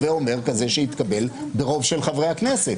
הווה אומר כזה שהתקבל ברוב של חברי הכנסת.